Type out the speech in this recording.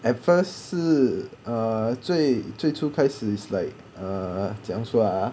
at first 是 ah 最最初开始 is like ah 怎样说 ah